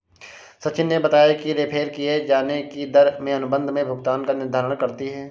सचिन ने बताया कि रेफेर किये जाने की दर में अनुबंध में भुगतान का निर्धारण करती है